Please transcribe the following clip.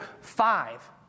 five